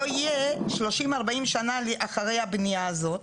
לא יהיה 30-40 שנה אחרי הבנייה הזאת.